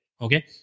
okay